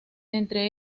entre